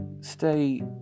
stay